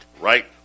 Right